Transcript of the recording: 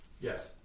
Yes